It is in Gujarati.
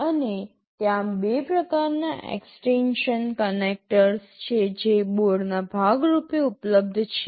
અને ત્યાં બે પ્રકારનાં એક્સ્ટેંશન કનેક્ટર્સ છે જે બોર્ડના ભાગ રૂપે ઉપલબ્ધ છે